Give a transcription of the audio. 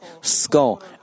skull